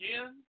again